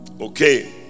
okay